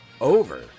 over